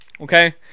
okay